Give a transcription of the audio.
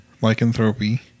lycanthropy